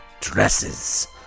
dresses